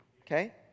Okay